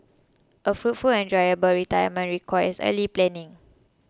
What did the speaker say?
a fruitful and enjoyable retirement requires early planning